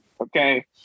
Okay